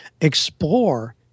explore